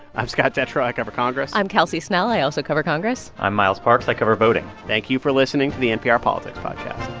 i'm scott detrow. i cover congress i'm kelsey snell. i also cover congress i'm miles parks. i cover voting thank you for listening to the npr politics podcast